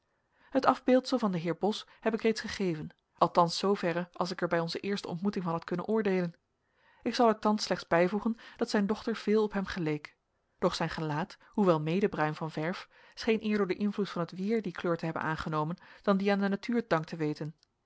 het afbeeldsel van den heer bos heb ik reeds gegeven althans zooverre als ik er bij onze eerste ontmoeting van had kunnen oordeelen ik zal er thans slechts bijvoegen dat zijn dochter veel op hem geleek doch zijn gelaat hoewel mede bruin van verf scheen eer door den invloed van het weer die kleur te hebben aangenomen dan die aan de natuur dank te weten